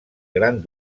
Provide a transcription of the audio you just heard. gran